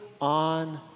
on